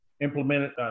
implemented